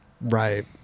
right